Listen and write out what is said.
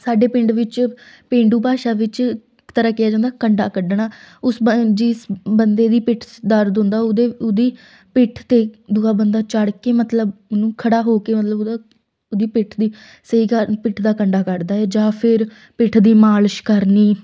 ਸਾਡੇ ਪਿੰਡ ਵਿੱਚ ਪੇਂਡੂ ਭਾਸ਼ਾ ਵਿੱਚ ਇੱਕ ਤਰ੍ਹਾਂ ਕਿਹਾ ਜਾਂਦਾ ਕੰਡਾ ਕੱਢਣਾ ਉਸ ਬੰ ਜਿਸ ਬੰਦੇ ਦੀ ਪਿੱਠ 'ਚ ਦਰਦ ਹੁੰਦਾ ਉਹਦੇ ਉਹਦੀ ਪਿੱਠ 'ਤੇ ਦੂਜਾ ਬੰਦਾ ਚੜ੍ਹ ਕੇ ਮਤਲਬ ਉਹਨੂੰ ਖੜ੍ਹਾ ਹੋ ਕੇ ਮਤਲਬ ਉਹਦਾ ਉਹਦੀ ਪਿੱਠ ਦੀ ਸਹੀ ਕਰਨ ਪਿੱਠ ਦਾ ਕੰਡਾ ਕੱਢਦਾ ਹੈ ਜਾਂ ਫਿਰ ਪਿੱਠ ਦੀ ਮਾਲਿਸ਼ ਕਰਨੀ